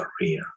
career